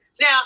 Now